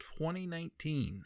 2019